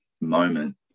moment